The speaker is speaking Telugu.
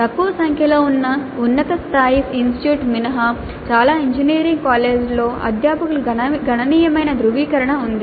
తక్కువ సంఖ్యలో ఉన్నత స్థాయి ఇన్స్టిట్యూట్స్ మినహా చాలా ఇంజనీరింగ్ కాలేజీలలో అధ్యాపకుల గణనీయమైన ధృవీకరణ ఉంది